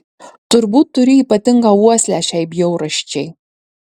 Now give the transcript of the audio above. turbūt turi ypatingą uoslę šiai bjaurasčiai